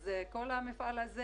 כל המפעל הזה